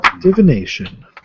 Divination